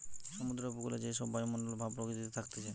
সমুদ্র উপকূলে যে সব বায়ুমণ্ডল ভাব প্রকৃতিতে থাকতিছে